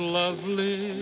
lovely